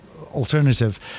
alternative